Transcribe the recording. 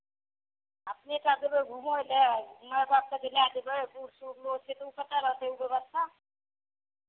अपने टा जेबै घूमय लए माय बापकेँ जे लए जेबै बूढ़ सूढ़ लोक छै तऽ ओ कतय रहतै ओ व्यवस्था